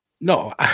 no